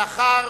מאחר